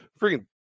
freaking